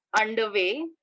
underway